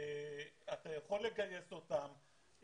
אתה יכול לגייס אותם,